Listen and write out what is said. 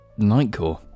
Nightcore